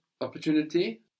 opportunity